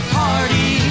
party